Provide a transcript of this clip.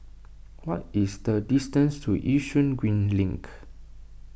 what is the distance to Yishun Green Link